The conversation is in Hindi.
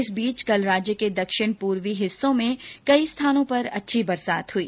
इस बीच कल राज्य के दक्षिण पूर्वी हिस्सों में कई स्थानों पर अच्छी बारिश हुई